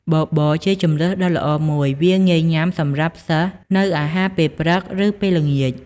បបរជាជម្រើសដ៏ល្អមួយ វាងាយញុាំសម្រាប់សិស្សនៅអាហារពេលព្រឹកឫពេលល្ងាច។